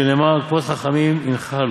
שנאמר: כבוד חכמים ינחלו.